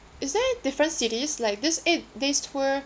is there different cities like this eight days tour